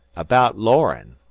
abaout lorin',